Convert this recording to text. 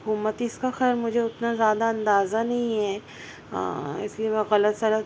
حکومت اس کا خیر مجھے اتنا زیادہ اندازہ نہیں ہے اس لیے میں غلط سلط